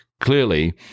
clearly